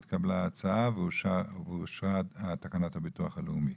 התקבלה ההצעה ואושרה תקנת הביטוח הלאומי.